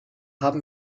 haben